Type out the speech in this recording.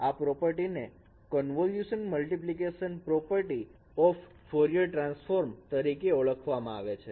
આ પ્રોપર્ટી ને convolution multiplication property ઓઈ ફોરિયર ટ્રાન્સફોર્મ તરીકે ઓડખવામા આવે છે